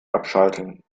abschalten